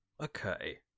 Okay